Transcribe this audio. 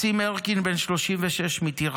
אורן, בן 46 מקיבוץ ניר